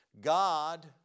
God